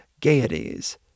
gaieties